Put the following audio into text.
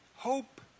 Hope